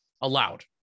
allowed